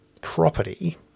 property